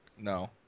No